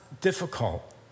difficult